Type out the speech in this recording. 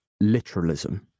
literalism